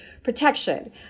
protection